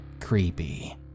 creepy